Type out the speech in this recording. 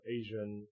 Asian